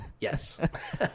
Yes